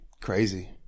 crazy